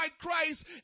Christ